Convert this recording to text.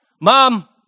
mom